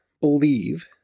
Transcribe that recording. believe